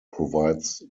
provides